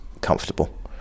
comfortable